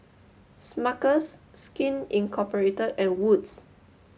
Smuckers Skin Incorporate and Wood's